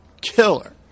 killer